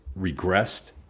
regressed